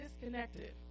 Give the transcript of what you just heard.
disconnected